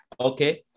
Okay